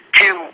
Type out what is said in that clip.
two